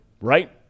right